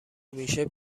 میشه